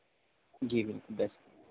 जी दस